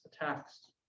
attacks